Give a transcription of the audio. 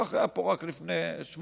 כך היה פה רק לפני שבועיים.